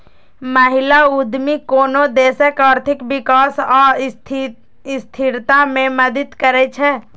महिला उद्यमी कोनो देशक आर्थिक विकास आ स्थिरता मे मदति करै छै